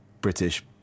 British